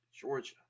Georgia